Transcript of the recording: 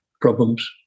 problems